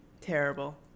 terrible